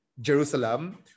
Jerusalem